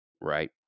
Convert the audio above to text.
right